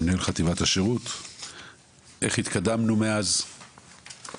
ממנהל חטיבת השירות איך התקדמנו מאז,